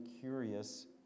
curious